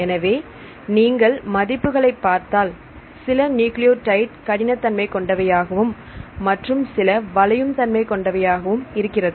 எனவே நீங்கள் மதிப்புகளை பார்த்தால் சில நியூக்ளியோடைடு கடின தன்மை கொண்டவையாகவும் மற்றும் சில வளையும் தன்மை கொண்டவையாகவும் இருக்கிறது